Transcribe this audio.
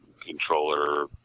controller